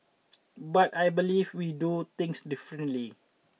but I believe we do things differently